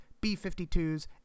B-52s